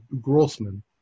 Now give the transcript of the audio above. Grossman